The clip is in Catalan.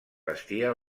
vestia